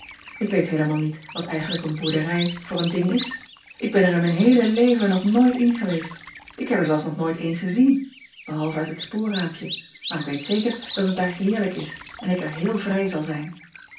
k weet heelemaal niet wat eigenlijk een boerderij voor een ding is k ben er in mijn leele leven nog nooit in geweest k heb er zelfs nog nooit een gezien behalve uit het spoorraampje maar ik weet zeker dat het daar heerlijk is en ik er heel vrij zal zijn